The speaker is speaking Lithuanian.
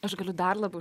aš galiu dar labiau